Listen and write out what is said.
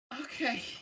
Okay